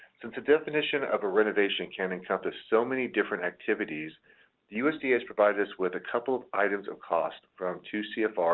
since the definition of a renovation can encompass so many different activities the usda has provided us with a couple of items of cost from two cfr,